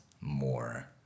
more